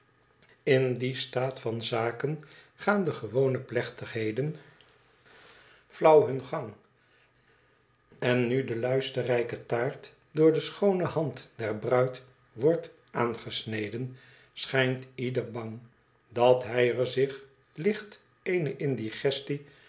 in dien staat van zaken gaan de gewone plechtigheden flauw hun gang en nu de luisterrijke taart door de schoone hand der bruid wordt aangesneden schijnt ieder bang dat hij er zich licht eene indigestie